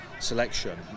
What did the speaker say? selection